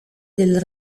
del